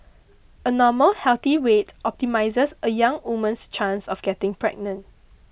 a normal healthy weight optimises a young woman's chance of getting pregnant